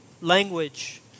Language